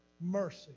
Mercy